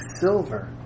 silver